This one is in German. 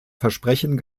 versprechen